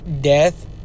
death